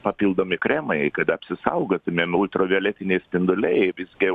papildomi kremai kad apsisaugotumėm ultravioletiniai spinduliai visgi